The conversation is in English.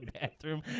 bathroom